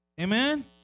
Amen